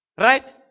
Right